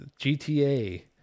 GTA